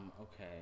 Okay